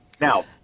Now